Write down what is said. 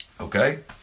Okay